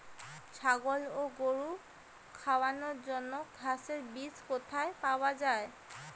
ছাগল ও গরু খাওয়ানোর জন্য ঘাসের বীজ কোথায় পাওয়া যায়?